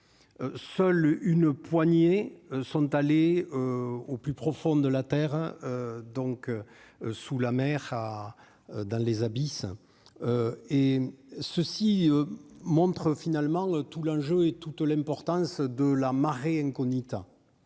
seule une poignée sont allés au plus profond de la terre, hein, donc sous la mer ah dans les abysses et ceci montre finalement tout l'enjeu est toute l'importance de la marine on Nita